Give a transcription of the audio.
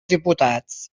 diputats